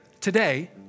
today